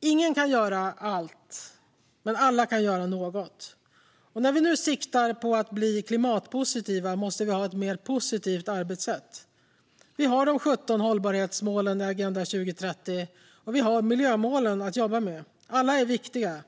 Ingen kan göra allt, men alla kan göra något. När vi nu siktar på att bli klimatpositiva måste vi ha ett mer positivt arbetssätt. Vi har de 17 hållbarhetsmålen i Agenda 2030 och miljömålen att jobba med, och alla är viktiga.